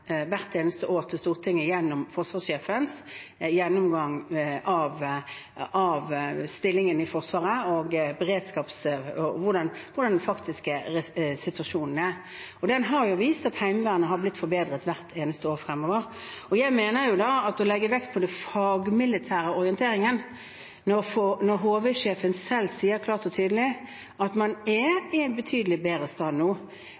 hvert eneste år til Stortinget gjennom forsvarssjefens gjennomgang av stillingen i Forsvaret og hvordan beredskapssituasjonen faktisk er. Den har vist at Heimevernet har blitt forbedret hvert eneste år. Jeg mener at den fagmilitære orienteringen ville vært en viktig informasjonskilde å legge vekt på – når HV-sjefen selv klart og tydelig sier at man er i betydelig bedre stand nå.